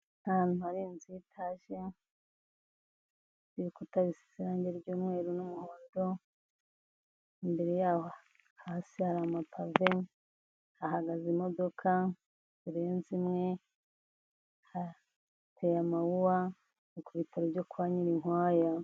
Ahantu hari inzu y'itaje n'ibikunda bisize irangi ry'mweru n'umuhodo, imbere yabo hasi hari amapave, hahagaze imodoka zirenze imwe, hateye amawuwa, ni ku bitaro byo kwa Nyirinkwaya.